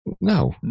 No